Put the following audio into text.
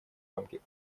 рамки